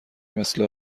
مثل